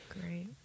Great